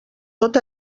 tot